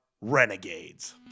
Renegades